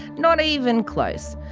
not even close.